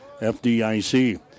FDIC